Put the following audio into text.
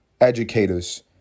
educators